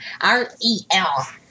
R-E-L